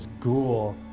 ghoul